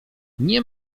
nie